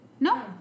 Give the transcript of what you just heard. No